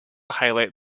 highlight